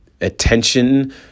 attention